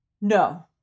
No